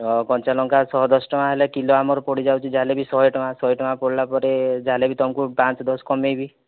କଞ୍ଚା ଲଙ୍କା ଶହେ ଦଶ ଟଙ୍କା ହେଲେ କିଲୋ ଆମର ପଡ଼ିଯାଉଛି ଯାହା ହେଲେବି ଶହେ ଟଙ୍କା ଶହେ ଟଙ୍କା ପଡ଼ିଲା ପରେ ଯାହା ହେଲେବି ତମକୁ ପାଞ୍ଚ ଦଶ କମେଇବି